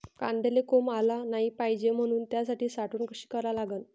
कांद्याले कोंब आलं नाई पायजे म्हनून त्याची साठवन कशी करा लागन?